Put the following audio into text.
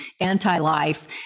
anti-life